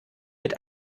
mit